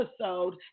episode